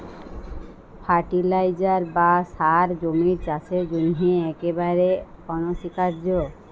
fertiliser বা সার জমির চাসের জন্হে একেবারে অনসীকার্য